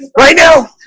right now